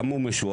למה הוא משוער?